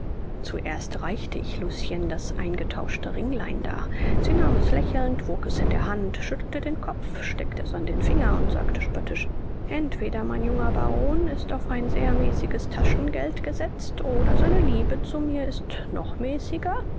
zuerst reichte ich lucien das eingetauschte ringlein dar sie nahm es lächelnd wog es in der hand schüttelte den kopf steckte es an den finger und sagte spöttisch entweder mein junger baron ist auf ein sehr mäßiges taschengeld gesetzt oder seine liebe zu mir ist noch mäßiger